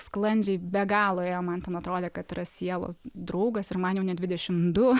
sklandžiai be galo ėjo man ten atrodė kad yra sielos draugas ir man jau ne dvidešim du